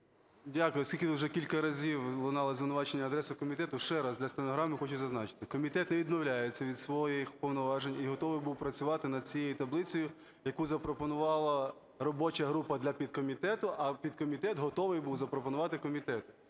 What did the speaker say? Дякую. Оскільки уже кілька разів лунали звинувачення на адресу комітету, ще раз для стенограми хочу зазначити. Комітет не відмовляється від своїх повноважень і готовий був працювати над цією таблицею, яку запропонувала робоча група для підкомітету, а підкомітет готовий був запропонувати комітету.